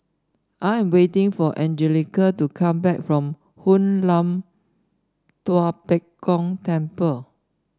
I am waiting for Angelica to come back from Hoon Lam Tua Pek Kong Temple